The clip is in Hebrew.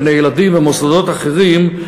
גני-ילדים ומוסדות אחרים,